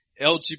LGBT